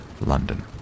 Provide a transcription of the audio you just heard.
London